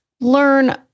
learn